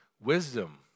wisdom